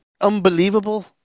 unbelievable